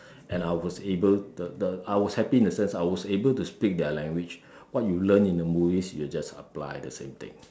and I was I was able the the I was happy in a sense that I was able to speak their language what you learn in the movies you just apply the same thing